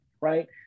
right